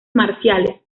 marciales